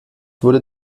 wurde